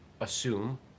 Assume